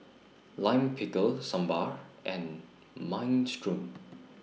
Lime Pickle Sambar and Minestrone